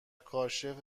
کاشف